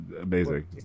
Amazing